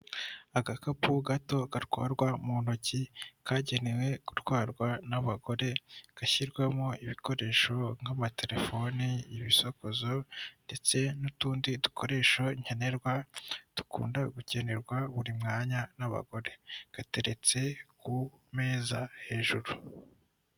Agakapu gato gatwarwa mu ntoki kagenewe gutwarwa n'abagore gashyirwamo ibikoresho nk'amatelefoni, ibisakozo ndetse n'utundi dukoresho nkenerwa dukunda gukenerwa buri mwanya n'abagore, gateretse ku meza hejuru.